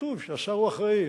כתוב שהשר הוא אחראי.